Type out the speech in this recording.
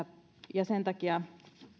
sen takia